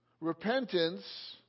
repentance